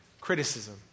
criticism